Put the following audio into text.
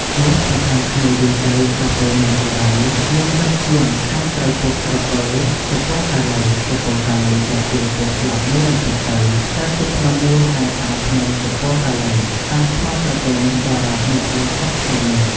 លុះប្រខាំគ្នាយូរទៅ ក្រពើ នាងឱរ៉ៃ មានឫទ្ធិជាងខាំត្រូវពោះក្រពើ សុពណ៌កាឡីៗ ក៏ធ្លាយពោះស្លាប់មួយរំពេចទៅ កើតជាភ្នំមួយហៅថា " ភ្នំ សុពណ៌កាឡី " តាមឈ្មោះក្រពើនោះដរាបមកដល់សព្វថ្ងៃនេះ ។